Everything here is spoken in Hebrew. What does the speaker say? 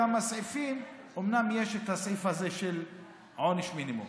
בכמה סעיפים אומנם יש הסעיף הזה של עונש מינימום.